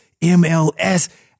MLS